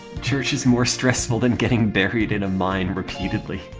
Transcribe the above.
church more stressful than getting buried in a mine repeatedly